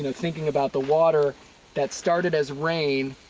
and thinking about the water that started as rain,